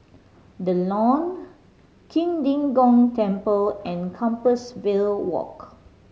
The Lawn Qing De Gong Temple and Compassvale Walk